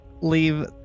leave